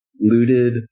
looted